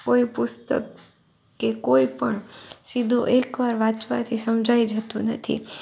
કોઈ પુસ્તક કે કોઈપણ સીધું એકવાર વાંચવાથી સમજાઈ જતું નથી